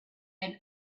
and